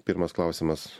pirmas klausimas